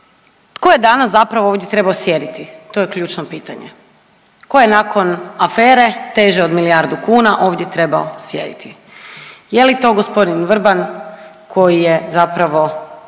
Tko je danas zapravo ovdje trebao sjediti to je ključno pitanje, tko je nakon afere teže od milijardu kuna ovdje trebao sjediti, je li to g. Vrban koji je zapravo